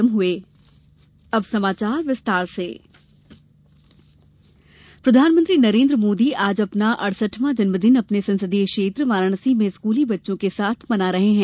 मोदी जन्मदिन प्रधानमंत्री नरेन्द्र मोदी आज अपना अड़सठवा जन्मदिन अपने संसदीय क्षेत्र वाराणसी में स्कूली बच्चों के साथ मना रहे हैं